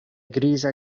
griza